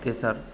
तेसर